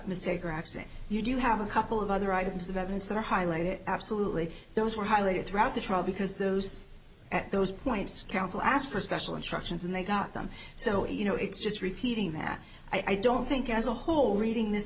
mistake or accent you do have a couple of other items of evidence that are highlighted absolutely those were highlighted throughout the trial because those at those points counsel asked for special instructions and they got them so a you know it's just repeating that i don't think as a whole reading this